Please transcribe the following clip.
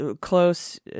close